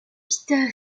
peter